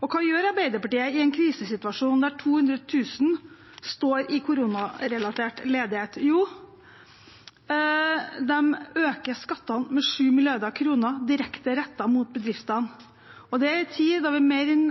Hva gjør Arbeiderpartiet i en krisesituasjon der 200 000 står i koronarelatert ledighet? Jo, de øker skattene med 7 mrd. kr direkte rettet mot bedriftene – og det i en tid da vi mer enn